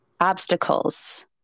obstacles